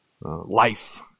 life